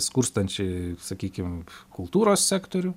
skurstančiai sakykim kultūros sektorių